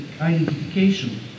identification